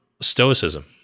stoicism